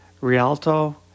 Rialto